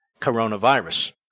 coronavirus